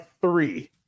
three